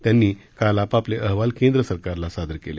त्यांनी काल आपापले अहवाल केंद्रसरकारला सादर केले